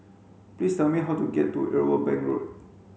please tell me how to get to Irwell Bank Road